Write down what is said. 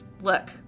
Look